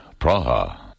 Praha